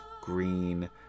green